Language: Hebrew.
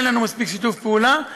אין לנו מספיק שיתוף פעולה,